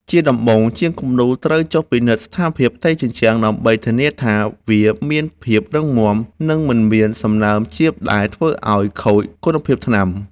ជាដំបូង ជាងគំនូរត្រូវចុះពិនិត្យស្ថានភាពផ្ទៃជញ្ជាំងដើម្បីធានាថាវាមានភាពរឹងមាំ និងមិនមានសំណើមជ្រាបដែលធ្វើឱ្យខូចគុណភាពថ្នាំ។